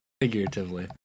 figuratively